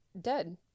dead